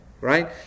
right